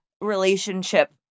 relationship